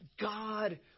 God